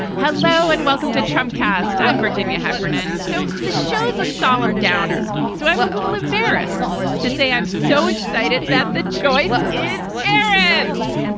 hello and welcome to dreamcast. i'm virginia heffernan. so the show is a solemn downer, so i'm a little embarrassed to say i'm so excited that the choice is eris.